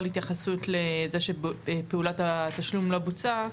התייחסות לזה שפעולת התשלום לא בוצעה,